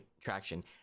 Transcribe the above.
traction